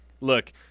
look